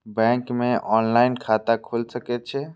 Bank में online खाता खुल सके छे?